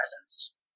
presence